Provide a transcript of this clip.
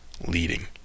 leading